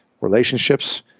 Relationships